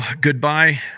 goodbye